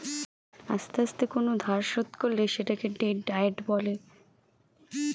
আস্তে আস্তে কোন ধার শোধ করলে সেটাকে ডেট ডায়েট বলে